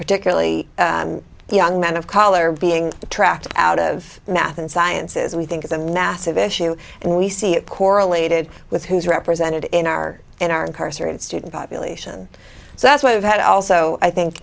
particularly young men of color being tracked out of math and sciences we think is a massive issue and we see it correlated with who's represented in our in our incarcerated student population so that's why we've had also i think